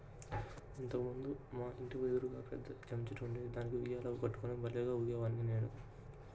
ఇంతకు ముందు మా ఇంటి ఎదురుగా పెద్ద జాంచెట్టు ఉండేది, దానికి ఉయ్యాల కట్టుకుని భల్లేగా ఊగేవాడ్ని నేను